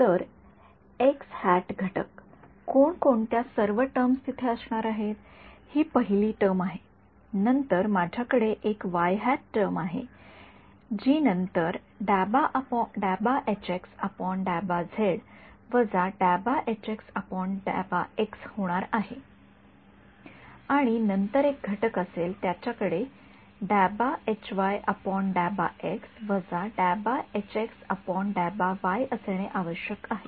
तर घटककोण कोणत्या सर्व टर्म्स तिथे असणार आहेत ही पहिली टर्मआहे नंतर माझ्याकडे एक टर्म आहे जी नंतर होणार आहे आणि नंतर एक घटक असेल त्याच्या कडे असणे आवश्यक आहे